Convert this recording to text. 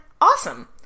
awesome